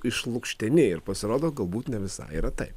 išlukšteni ir pasirodo galbūt ne visai yra taip